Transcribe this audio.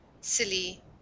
silly